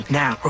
now